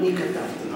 אני כתבתי את זה.